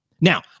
now